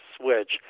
switch